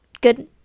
good